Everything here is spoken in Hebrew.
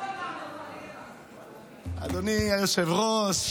אדוני היושב-ראש,